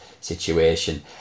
situation